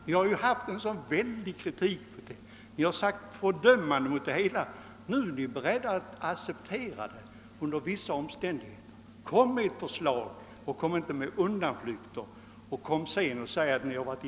Ni har ju varit så kritiska och fördömt systemet; nu är ni beredda att under vissa omständigheter acceptera det. Framlägg ett konkret förslag och kom inte med undanflykter.